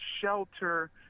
shelter